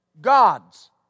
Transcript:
God's